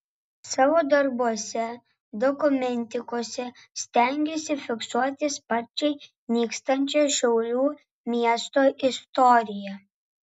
savo darbuose dokumentikose stengiasi fiksuoti sparčiai nykstančią šiaulių miesto istoriją